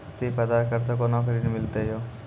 सिर्फ आधार कार्ड से कोना के ऋण मिलते यो?